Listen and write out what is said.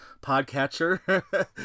podcatcher